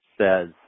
says